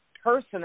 person